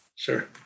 Sure